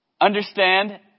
understand